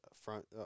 front